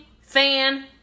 fan